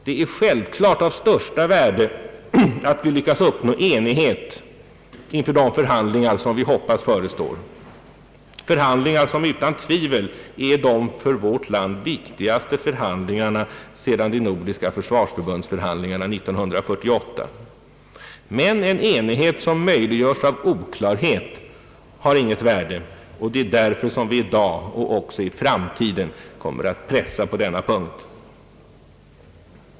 Det är självklart av största värde att vi lyckas uppnå enighet inför de förhandlingar, som vi hoppas förestår; förhandlingar som utan tvivel är de för vårt land viktigaste förhandlingarna sedan de nordiska försvarsförbundsförhandlingarna 1948. Men en enighet som möjliggörs av oklarhet har inget värde. Det är därför som vi i dag och även i framtiden kommer att pressa på denna punkt.